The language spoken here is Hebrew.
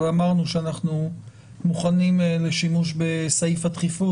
אבל אמרנו שאנחנו מוכנים לשימוש בסעיף הדחיפות